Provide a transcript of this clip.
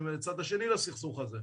שהם הצד השני לסכסוך הזה,